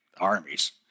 armies